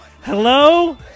Hello